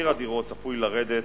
צפוי לרדת,